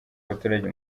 abaturage